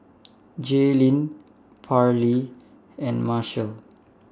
Jaylene Parlee and Marshall